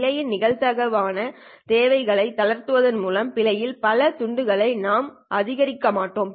பிழையின் நிகழ்தகவு ஆன தேவைகளை தளர்த்துவதன் மூலம் பிழையில் பல துண்டுகளை நாம் அதிகரித்திருக்க மாட்டோம்